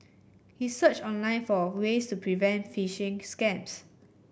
he searched online for ways to prevent phishing scams